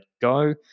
go